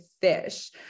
fish